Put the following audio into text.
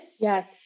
Yes